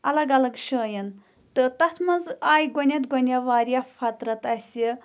الگ الگ جایَن تہٕ تَتھ منٛز آے گۄڈنٮ۪تھ گۄڈنٮ۪تھ واریاہ فَطرت اَسہِ